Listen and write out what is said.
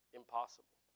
impossible